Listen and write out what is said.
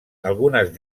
algunes